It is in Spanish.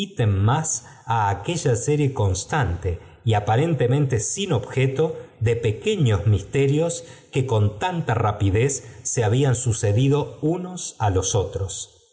más ó aquella serie confitante y aparentemente sin objeto de pequeños misterios que con tanta rapidez se habían sucedido unos á los otros